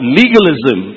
legalism